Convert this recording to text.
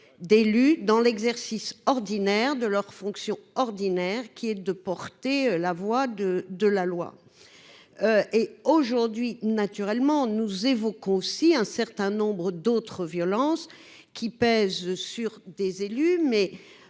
d'élus dans l'exercice ordinaire de leurs fonctions ordinaires qui est de porter la voix de de la loi et, aujourd'hui naturellement nous évoque aussi un certain nombre d'autres violences qui pèse sur des élus,